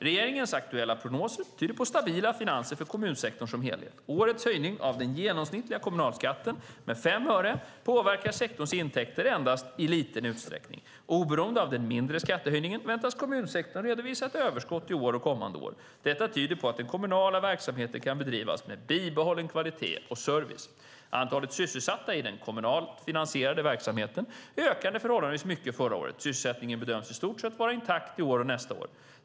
Regeringens aktuella prognoser tyder på stabila finanser för kommunsektorn som helhet. Årets höjning av den genomsnittliga kommunalskatten med 5 öre påverkar sektorns intäkter endast i liten utsträckning. Oberoende av den mindre skattehöjningen väntas kommunsektorn redovisa ett överskott i år och kommande år. Detta tyder på att den kommunala verksamheten kan bedrivas med bibehållen kvalitet och service. Antalet sysselsatta i den kommunalt finansierade verksamheten ökade förhållandevis mycket förra året. Sysselsättningen bedöms i stort sett vara intakt i år och nästa år.